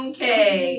Okay